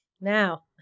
now